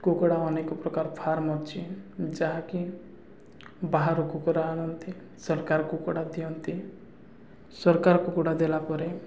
କୁକୁଡ଼ା ଅନେକ ପ୍ରକାର ଫାର୍ମ୍ ଅଛି ଯାହାକି ବାହାରୁ କୁକୁଡ଼ା ଆଣନ୍ତି ସରକାର କୁକୁଡ଼ା ଦିଅନ୍ତି ସରକାର କୁକୁଡ଼ା ଦେଲା ପରେ